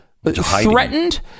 threatened